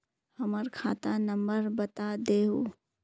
हमर खाता नंबर बता देहु?